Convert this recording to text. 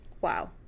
Wow